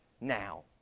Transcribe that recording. now